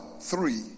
three